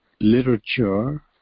literature